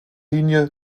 linie